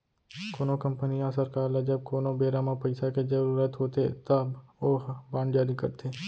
कोनो कंपनी या सरकार ल जब कोनो बेरा म पइसा के जरुरत होथे तब ओहा बांड जारी करथे